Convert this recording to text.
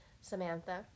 Samantha